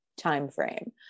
timeframe